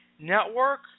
Network